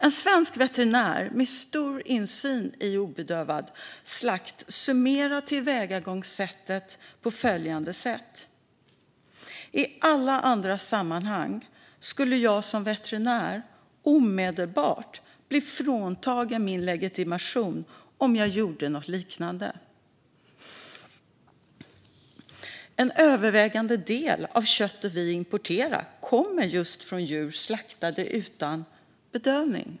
En svensk veterinär med stor insyn i obedövad slakt summerar tillvägagångssättet på följande sätt: "I alla andra sammanhang skulle jag som veterinär omedelbart bli fråntagen min legitimation om jag gjorde något liknande." En övervägande del av det kött som vi importerar kommer från djur slaktade utan bedövning.